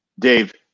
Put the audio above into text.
Dave